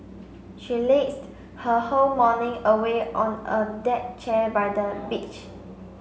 she lazed her whole morning away on a deck chair by the beach